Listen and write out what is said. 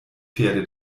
pferde